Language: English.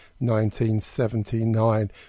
1979